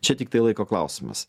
čia tiktai laiko klausimas